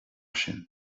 sin